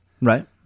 Right